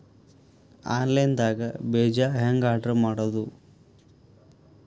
Online ದಾಗ ಬೇಜಾ ಹೆಂಗ್ ಆರ್ಡರ್ ಮಾಡೋದು?